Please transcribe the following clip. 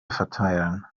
verteilen